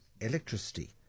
electricity